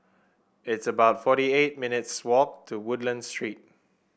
it's about forty eight minutes' walk to Woodlands Street